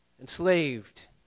enslaved